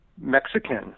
Mexican